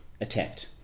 attacked